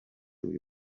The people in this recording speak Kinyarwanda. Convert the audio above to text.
uyu